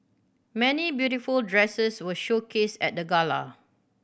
many beautiful dresses were showcased at the gala